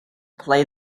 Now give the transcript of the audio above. play